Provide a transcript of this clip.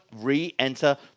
re-enter